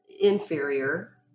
inferior